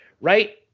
right